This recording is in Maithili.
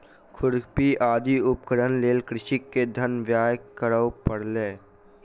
खुरपी आदि उपकरणक लेल कृषक के धन व्यय करअ पड़लै